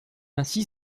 ainsi